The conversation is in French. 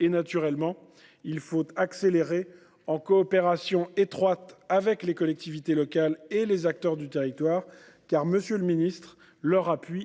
Naturellement, il faut accélérer, en coopération étroite avec les collectivités locales et les acteurs des territoires, car leur appui, monsieur le ministre,